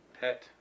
pet